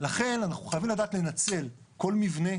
אנחנו חייבים לדעת לנצל כל מבנה,